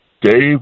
Dave